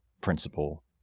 principle